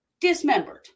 dismembered